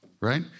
right